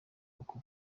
uko